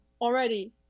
already